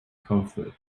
comfort